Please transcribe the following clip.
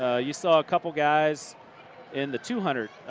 ah you saw a couple guys in the two hundred,